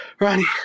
Ronnie